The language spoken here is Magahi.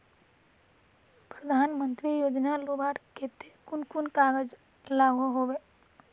प्रधानमंत्री योजना लुबार केते कुन कुन कागज लागोहो होबे?